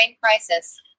crisis